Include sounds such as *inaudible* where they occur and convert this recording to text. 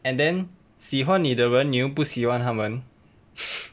and then 喜欢你的人你又不喜欢他们 *laughs*